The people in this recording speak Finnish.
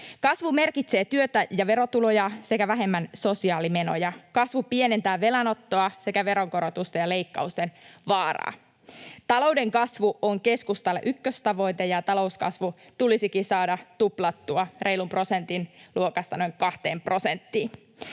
Kasvu merkitsee työtä ja verotuloja sekä vähemmän sosiaalimenoja. Kasvu pienentää velanottoa sekä veronkorotusten ja leikkausten vaaraa. Talouden kasvu on keskustalle ykköstavoite, ja talouskasvu tulisikin saada tuplattua reilun prosentin luokasta noin kahteen prosenttiin.